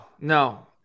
no